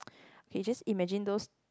you just imagine those